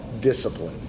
discipline